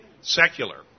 Secular